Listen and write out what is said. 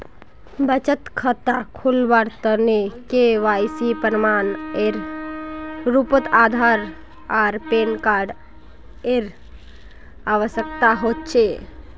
बचत खता खोलावार तने के.वाइ.सी प्रमाण एर रूपोत आधार आर पैन कार्ड एर आवश्यकता होचे